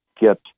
get